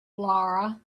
laura